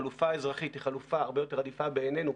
החלופה האזרחית היא חלופה הרבה יותר עדיפה בעינינו,